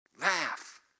Laugh